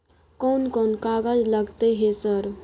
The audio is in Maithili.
कोन कौन कागज लगतै है सर?